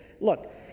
Look